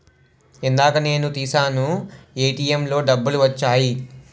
ఇందాక నేను తీశాను ఏటీఎంలో డబ్బులు వచ్చాయి